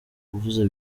uvuze